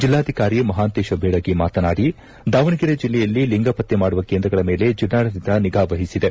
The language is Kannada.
ಜಿಲ್ಲಾಧಿಕಾರಿ ಮಹಾಂತೇಶ ಬೀಳಗಿ ಮಾತಮಾಡಿ ದಾವಣಗೆರೆ ಜಿಲ್ಲೆಯಲ್ಲಿ ಲಿಂಗಪತ್ತೆ ಮಾಡುವ ಕೇಂದ್ರಗಳ ಮೇಲೆ ಜಿಲ್ಲಾಡಳಿತ ನಿಗಾವಹಿಸಿದೆ